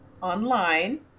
online